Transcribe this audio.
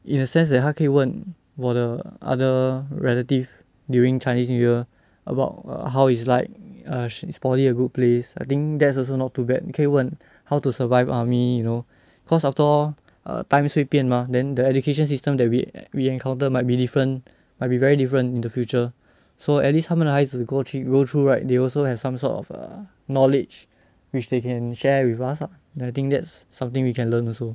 in a sense that 他可以问我的 other relatives during chinese new year about err how is like err is poly a good place I think that's also not too bad 你可以问 how to survive army you know cause after all err times 会变 mah then the education system that we we encounter might be different might be very different in the future so at least 他们的孩子 go che~ go through right they also have some sort of err knowledge which they can share with us a then I think that's something we can learn also